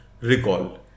Recall